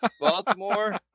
baltimore